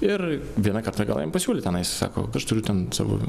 ir vieną kartą gal jam pasiūlė tenais sako aš turiu ten savo